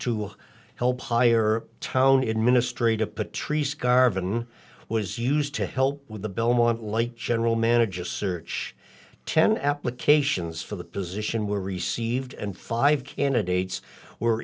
to help hire town in ministry to patrice garvin was used to help with the belmont light general manager search ten applications for the position were received and five candidates were